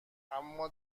اما